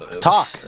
Talk